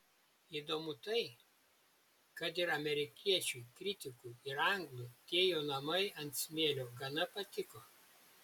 įdomu tai kad ir amerikiečiui kritikui ir anglui tie jo namai ant smėlio gana patiko